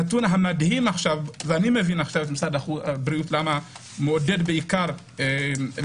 הנתון המדהים ואני מבין למה משרד הבריאות מעודד להתחסן